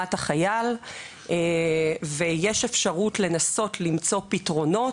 ברמת החייל ויש אפשרות לנסות למצוא פתרונות.